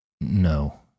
No